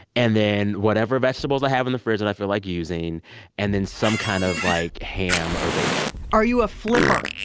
and then whatever vegetables i have in the fridge that i feel like using and then some kind of like ham or bacon are you a flipper?